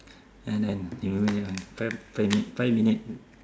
and then lima minit only five five minute five minute